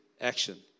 action